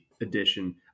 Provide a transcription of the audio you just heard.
edition